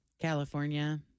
California